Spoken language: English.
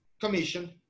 commission